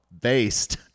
Based